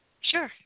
sure